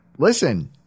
Listen